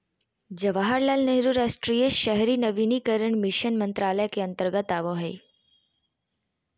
जवाहरलाल नेहरू राष्ट्रीय शहरी नवीनीकरण मिशन मंत्रालय के अंतर्गत आवो हय